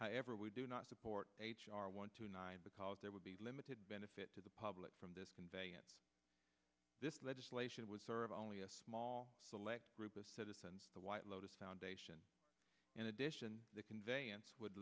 however we do not support h r one two nine because there would be limited benefit to the public from this conveyance this legislation would serve only a small select group of citizens the white lotus foundation in addition the conveyance would